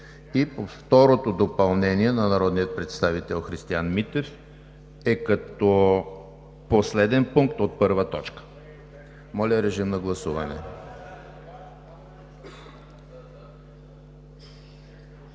по второто допълнение на народния представител Христиан Митев е като последен пункт от първа точка. Гласували